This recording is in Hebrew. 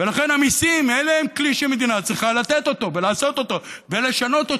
ולכן המיסים הם הכלי שהמדינה צריכה לתת אותו ולעשות אותו ולשנות אותו,